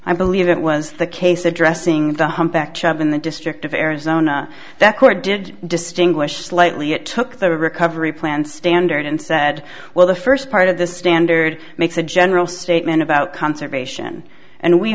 i believe that was the case addressing the humpbacked of in the district of arizona that court did distinguish slightly it took the recovery plan standard and said well the first part of the standard makes a general statement about conservation and we